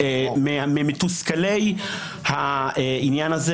מהאנשים היותר מתוסכלים מהעניין הזה,